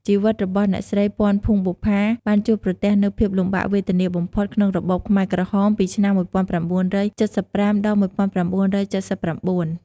ជីវិតរបស់អ្នកស្រី ពាន់ ភួងបុប្ផា បានជួបប្រទះនូវភាពលំបាកវេទនាបំផុតក្នុងរបបខ្មែរក្រហម ពីឆ្នាំ ១៩៧៥ ដល់ ១៩៧៩។